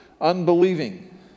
unbelieving